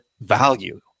value